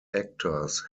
actors